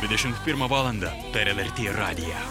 dvidešimt pirmą valandą per lrt radiją